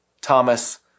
Thomas